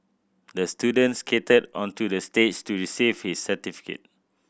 the student skated onto the stage to receive his certificate